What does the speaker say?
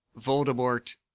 Voldemort